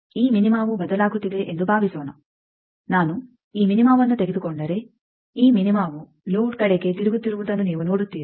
ಈ ಮಿನಿಮವು ಬದಲಾಗುತ್ತಿದೆ ಎಂದು ಭಾವಿಸೋಣ ನಾನು ಈ ಮಿನಿಮವನ್ನು ತೆಗೆದುಕೊಂಡರೆ ಈ ಮಿನಿಮವು ಲೋಡ್ ಕಡೆಗೆ ತಿರುಗುತ್ತಿರುವುದನ್ನು ನೀವು ನೋಡುತ್ತೀರಿ